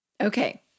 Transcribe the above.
Okay